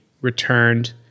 returned